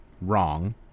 wrong